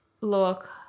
look